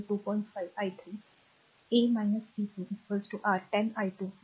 5 i 3 a v 2 r 10 i2 मध्ये